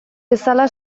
bezala